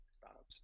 startups